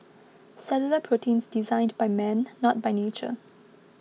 cellular proteins designed by man not by nature